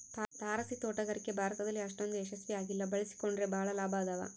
ತಾರಸಿತೋಟಗಾರಿಕೆ ಭಾರತದಲ್ಲಿ ಅಷ್ಟೊಂದು ಯಶಸ್ವಿ ಆಗಿಲ್ಲ ಬಳಸಿಕೊಂಡ್ರೆ ಬಳಸಿಕೊಂಡರೆ ಬಹಳ ಲಾಭ ಅದಾವ